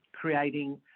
creating